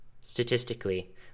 statistically